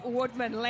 Woodman